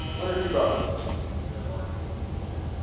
one or two bones. and they're already going there?